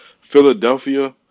Philadelphia